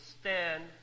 stand